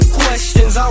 questions